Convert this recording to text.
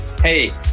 Hey